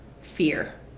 fear